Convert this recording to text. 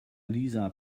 lisa